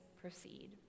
proceed